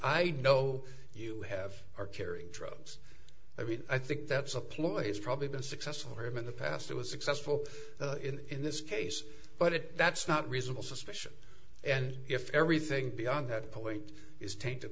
i know you have are carrying drugs i mean i think that's a ploy he's probably been successful here in the past it was successful in this case but it that's not reasonable suspicion and if everything beyond that point is tainted